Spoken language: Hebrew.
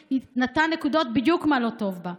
ונתן נקודות בדיוק מה לא טוב בה.